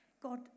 God